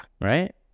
Right